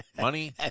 Money